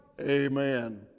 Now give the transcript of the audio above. amen